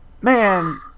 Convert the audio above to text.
man